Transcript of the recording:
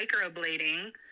microblading